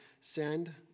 send